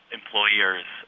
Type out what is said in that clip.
employers